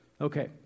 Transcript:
Okay